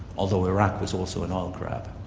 although iraq was also an oil grab,